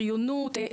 בריונות,